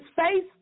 face